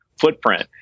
footprint